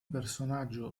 personaggio